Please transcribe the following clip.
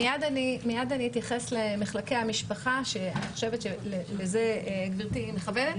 מייד אתייחס למחלקי המשפחה, שאליהם גברתי מכוונת.